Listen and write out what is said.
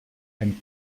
and